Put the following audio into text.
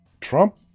Trump